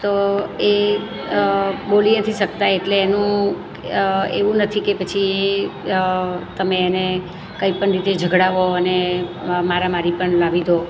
તો એ બોલી નથી શકતા એટલે એનું એવું નથી કે પછી તમે એને કંઈ પણ રીતે ઝગડાવો અને મારામારી પર લાવી દો